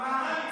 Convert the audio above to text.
שאמרו לו.